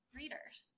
readers